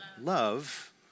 Love